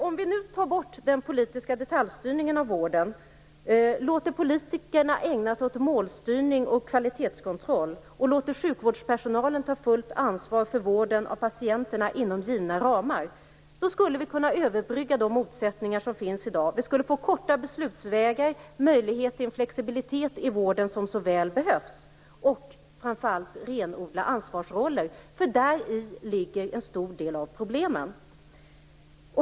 Om vi nu tar bort den politiska detaljstyrningen av vården, låter politikerna ägna sig åt målstyrning och kvalitetskontroll och låter sjukvårdspersonalen ta fullt ansvar för vården av patienterna inom givna ramar skulle vi kunna överbrygga de motsättningar som finns i dag. Vi skulle få korta beslutsvägar och den möjlighet till flexibilitet i vården som så väl behövs. Framför allt skulle vi renodla ansvarsrollerna. Däri ligger en stor del av problemen.